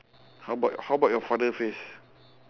how about how about your father face